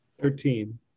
Thirteen